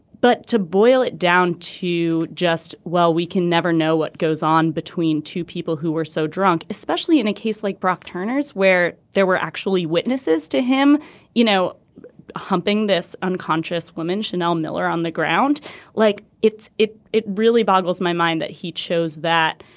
but to boil it down to just well we can never know what goes on between two people who were so drunk especially in a case like brock turner's where there were actually witnesses to him you know humping this unconscious woman chanel miller on the ground like it's it it really boggles my mind that he chose that.